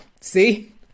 see